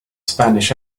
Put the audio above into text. spanish